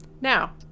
now